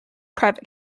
private